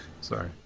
sorry